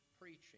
preaching